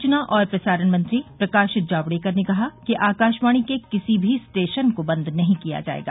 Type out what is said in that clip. सूचना और प्रसारण मंत्री प्रकाश जावड़ेकर ने कहा कि आकाशवाणी के किसी भी स्टेशन को बंद नहीं किया जाएगा